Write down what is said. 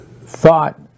thought